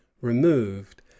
removed